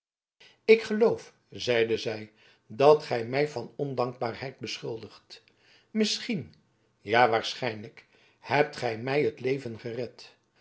ik geloof zeide zij dat gij mij van ondankbaarheid beschuldigt misschien ja waarschijnlijk hebt gij mij het leven gered